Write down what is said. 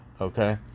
Okay